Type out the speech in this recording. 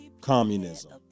Communism